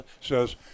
says